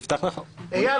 אייל,